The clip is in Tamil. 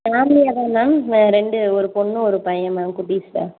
ஃபேமிலியாகதான் மேம் ரெண்டு ஒரு பொண்ணு ஒரு பையன் மேம் குட்டிஸ்